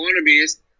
wannabes